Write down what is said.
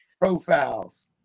profiles